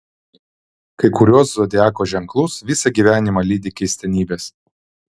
kai kuriuos zodiako ženklus visą gyvenimą lydi keistenybės